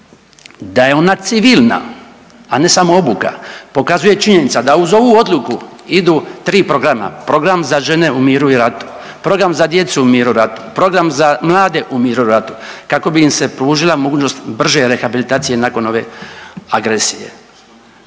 Da je ona civilna, a ne samo obuka pokazuje činjenica da uz ovu odluku idu tri programa, program za žene u miru i ratu, program za djecu u miru i ratu, program za mlade u miru i ratu kako bi im se pružila mogućnost brže rehabilitacije nakon ove agresije.